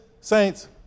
saints